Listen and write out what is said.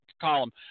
column